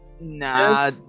Nah